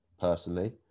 personally